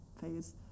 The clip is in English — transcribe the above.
phase